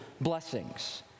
blessings